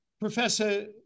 Professor